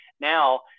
now